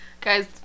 Guys